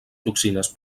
toxines